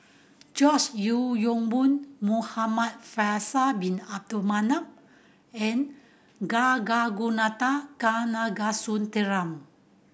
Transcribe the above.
George Yeo Yong Boon Muhamad Faisal Bin Abdul Manap and Kanagasuntheram